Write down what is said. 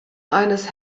eines